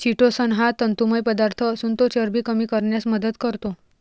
chitosan हा तंतुमय पदार्थ असून तो चरबी कमी करण्यास मदत करतो